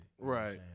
Right